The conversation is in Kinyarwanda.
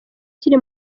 kiri